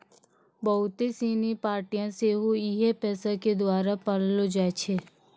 बहुते सिनी पार्टियां सेहो इहे पैसा के द्वारा पाललो जाय छै